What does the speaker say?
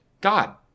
God